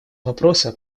вопроса